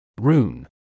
Rune